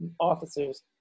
officers